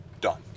done